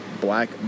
black